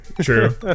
True